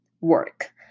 work